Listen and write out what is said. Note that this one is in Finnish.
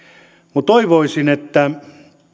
mutta toivoisin että